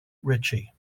ritchie